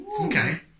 Okay